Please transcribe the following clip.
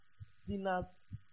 sinners